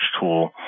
tool